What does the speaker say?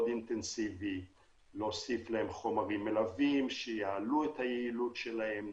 אינטנסיבי ולהוסיף להם חומרים מלווים שיעלו את היעילות שלהם.